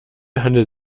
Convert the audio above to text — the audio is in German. handelt